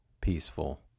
peaceful